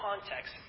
context